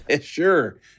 Sure